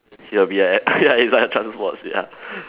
he will be like ya he's like a transport sia